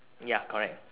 ya correct